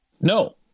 No